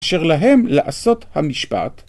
‫אשר להם לעשות המשפט.